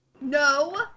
No